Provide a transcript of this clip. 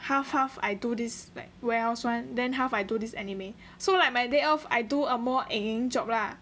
half half I do this like warehouse [one] then half I do this anime so like my day off I do like a more eng eng job lah